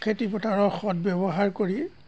খেতি পথাৰৰ সৎ ব্যৱহাৰ কৰি